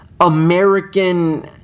American